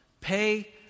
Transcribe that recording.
Pay